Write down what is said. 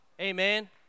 Amen